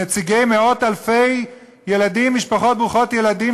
נציגי מאות-אלפי משפחות ברוכות ילדים